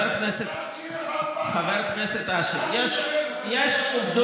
ערב ראש השנה, חבר הכנסת אשר, יש עובדות.